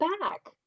back